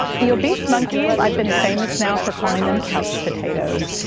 the obese monkeys i've been famous now for calling them couch potatoes,